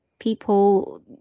people